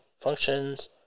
functions